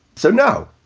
so, no,